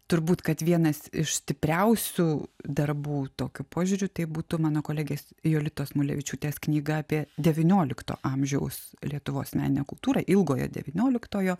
turbūt kad vienas iš stipriausių darbų tokiu požiūriu tai būtų mano kolegės jolitos mulevičiūtės knyga apie devyniolikto amžiaus lietuvos meninę kultūrą ilgojo devynioliktojo